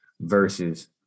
versus